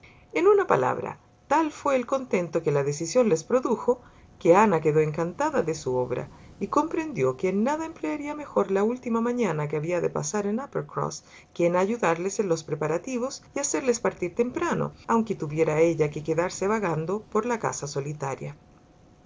en una palabra tal fué el contento que la decisión les produjo que ana quedó encantada de su obra y comprendió que en nada emplearía mejor la última mañana que había de pasar en uppercross que en ayudarles en los preparativos y hacerles partir temprano aunque tuviera ella que quedarse vagando por la casa solitaria